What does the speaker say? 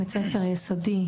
בית ספר יסודי,